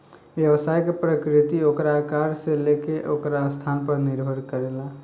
व्यवसाय के प्रकृति ओकरा आकार से लेके ओकर स्थान पर निर्भर करेला